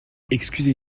excusez